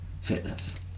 fitness